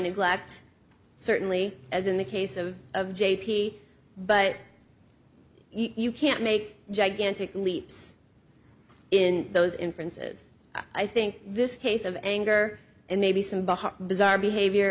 neglect certainly as in the case of j p but you can't make gigantic leaps in those inferences i think this case of anger and maybe some bizarre behavior